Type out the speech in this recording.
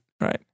right